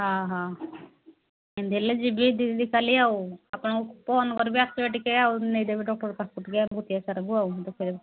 ହଁ ହଁ ଏମିତି ହେଲେ ଯିବି ଦିଦି କାଲି ଆଉ ଆପଣଙ୍କୁ ଫୋନ୍ କରିବି ଆସିବେ ଟିକେ ଆଉ ନେଇଦେବେ ଡକ୍ଟର ପାଖକୁ ଟିକେ ଆମକୁ ଚେକ୍ କରିବୁ ଆଉ ଦେଖେଇ ଦେବୁ